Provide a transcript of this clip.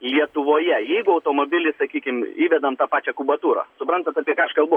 lietuvoje jeigu automobilį sakykim įvedam tą pačią kubatūrą suprantat apie ką aš kalbu